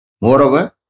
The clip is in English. Moreover